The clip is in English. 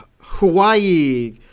Hawaii